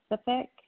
specific